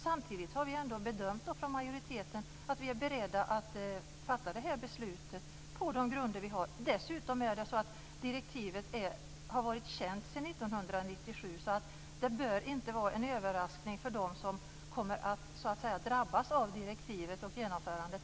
Samtidigt har vi från majoriteten bedömt att vi är beredda att fatta det här beslutet på de grunder vi har. Dessutom har direktivet varit känt sedan 1997, så det bör inte vara en överraskning för dem som kommer att drabbas av direktivet och genomförandet.